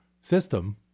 system